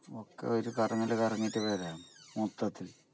ഒക്കെ ഒര് കറങ്ങല് കറങ്ങിയിട്ട് വരാം മൊത്തത്തില്